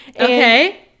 Okay